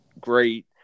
great